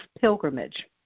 pilgrimage